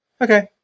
okay